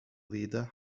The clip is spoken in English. leader